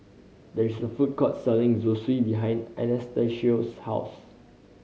there is a food court selling Zosui behind Anastacio's house